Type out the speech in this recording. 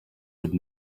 would